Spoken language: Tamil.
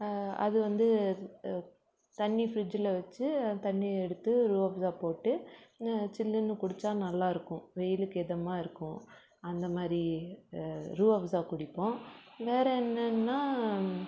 அது வந்து தண்ணி ஃப்ரிட்ஜில் வச்சு தண்ணி எடுத்து ரூஅப்சா போட்டு சில்லுனு குடிச்சா நல்லா இருக்கும் வெயிலுக்கு இதமாக இருக்கும் அந்த மாதிரி ரூஅப்சா குடிப்போம் வேறு என்னன்னால்